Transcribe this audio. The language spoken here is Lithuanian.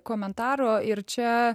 komentaro ir čia